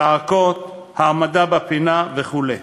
צעקות, העמדה בפינה וכו';